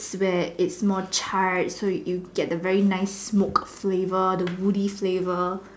where it's more charred so you get a very nice smoked flavour a very woody flavour